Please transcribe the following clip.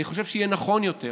אני חושב שיהיה נכון יותר